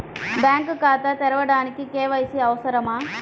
Bank ఖాతా తెరవడానికి KYC అవసరమా?